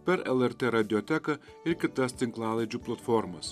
per lrt radioteką ir kitas tinklalaidžių platformas